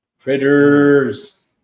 Critters